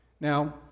Now